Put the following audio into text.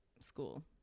school